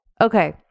Okay